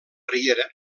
riera